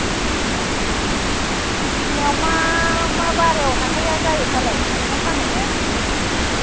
बिजनियाव मा मा बारायआव हाथाइ जायोफालाय मैगं फानहैनो